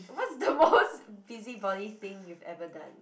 what's the most busybody thing you've ever done